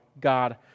God